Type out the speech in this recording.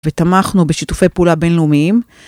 ותמכנו בשיתופי פעולה בינלאומיים.